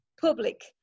public